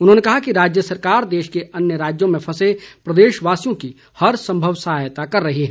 उन्होंने कहा कि राज्य सरकार देश के अन्य राज्यों में फंसे प्रदेशवासियों की हर संभव सहायता कर रही है